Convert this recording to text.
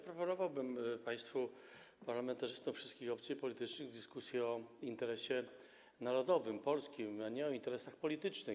Proponowałbym państwu parlamentarzystom wszystkich opcji politycznych dyskusję o interesie narodowym, polskim, a nie o interesach politycznych.